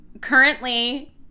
currently